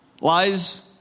Lies